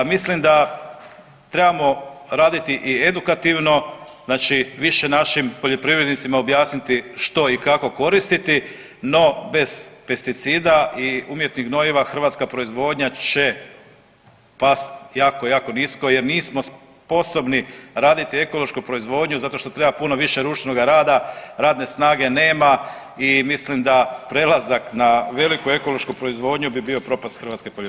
Mislim da trebamo raditi i edukativno, znači više našim poljoprivrednicima objasniti što i kako koristiti, no bez pesticida i umjetnih gnojiva hrvatska proizvodnja će past jako, jako nisko jer nismo sposobni raditi ekološku proizvodnju zato što treba puno više ručnoga rada, radne snage nema i mislim da prelazak na veliku ekološku proizvodnju bi bio propast hrvatske poljoprivrede.